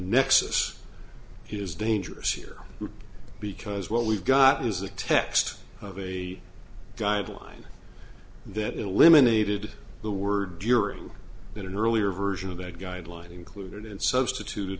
nexus is dangerous here because what we've got is a text of a dr line that eliminated the word during that an earlier version of that guideline included in substitute